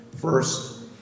First